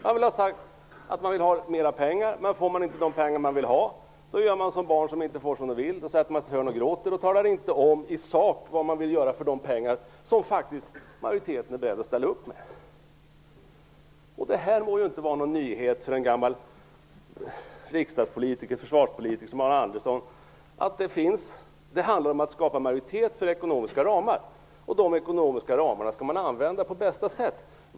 De har sagt att de vill ha mera pengar, men får de inte de pengar som de vill ha gör de som barn som inte får som de vill. De sätter sig ned och gråter, men de talar inte om i sak vad de vill göra för de pengar som majoriteten faktiskt är beredd att ställa upp med. Detta kan inte var någon nyhet för en gammal riksdagspolitiker och försvarspolitiker som Arne Andersson att det handlar om att skapa majoritet för ekonomiska ramar, och de ekonomiska ramarna skall man använda på bästa sätt.